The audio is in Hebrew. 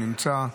הוא נמצא.